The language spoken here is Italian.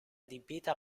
adibita